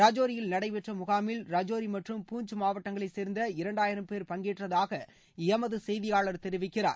ரஜோரியில் நடைபெற்ற முகாமில் ரஜோரி மற்றும் பூஞ்ச் மாவட்டங்களை சேர்ந்த இரண்டாயிரம் பேர் பங்கேற்றதாக எமது செய்தியாளர் தெரிவிக்கிறார்